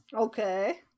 Okay